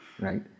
right